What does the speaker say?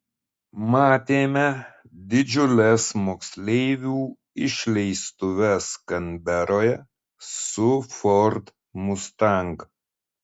matėme didžiules moksleivių išleistuves kanberoje su ford mustang